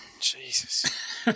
Jesus